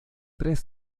tres